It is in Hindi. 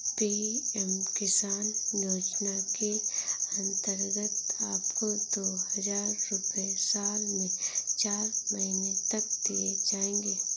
पी.एम किसान योजना के अंतर्गत आपको दो हज़ार रुपये साल में चार महीने तक दिए जाएंगे